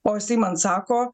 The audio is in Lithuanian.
o jisai man sako